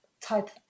type